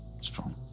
Strong